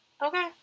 Okay